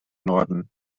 norden